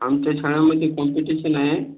आमच्या शाळेमध्ये कॉम्पिटिशन आहे